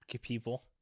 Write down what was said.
people